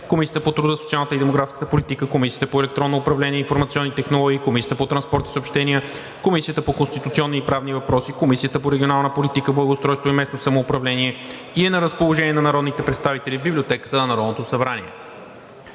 Комисията по труда, социалната и демографската политика, Комисията по електронно управление и информационни технологии, Комисията по транспорт и съобщения, Комисията по конституционни и правни въпроси, Комисията по регионална политика, благоустройство и местно самоуправление и е на разположение на народните представители в Библиотеката на Народното събрание.